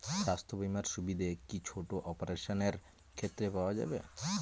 স্বাস্থ্য বীমার সুবিধে কি ছোট অপারেশনের ক্ষেত্রে পাওয়া যাবে?